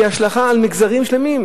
אלא על מגזרים שלמים,